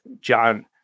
John